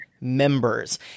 members